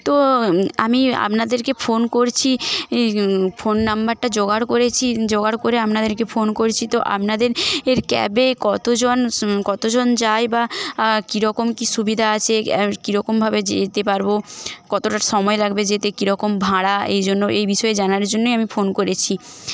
তো আমি আপনাদেরকে ফোন করছি ফোন নম্বরটা জোগাড় করেছি জোগাড় করে আপনাদেরকে ফোন করেছি তো আপনাদের ক্যাবে কতজন কতজন যায় বা কিরকম কি সুবিধা আছে কিরকমভাবে যেতে পারবো কতটা সময় লাগবে যেতে কিরকম ভাড়া এইজন্য এই বিষয়ে জানার জন্যই আমি ফোন করেছি